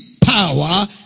power